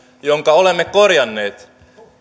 jonka olemme korjanneet